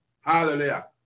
hallelujah